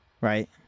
right